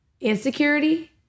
Insecurity